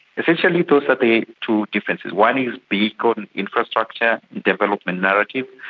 essentially those are the two differences. one is big on infrastructure development narrative,